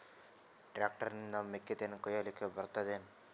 Tractor ನಿಂದ ಮೆಕ್ಕಿತೆನಿ ಕೊಯ್ಯಲಿಕ್ ಬರತದೆನ?